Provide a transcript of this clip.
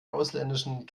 ausländischen